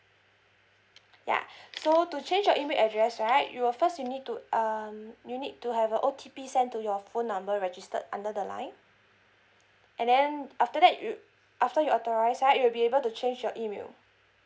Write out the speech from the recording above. ya so to change your email address right you will first you need to um you need to have a OTP sent to your phone number registered under the line and then after that you after you authorize right you'll be able to change your email